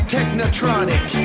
Technotronic